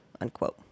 unquote